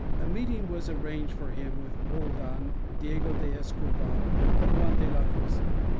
a meeting was arranged for him with roldan, diego d'escobar, and juan de la cosa,